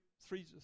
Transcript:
three